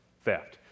theft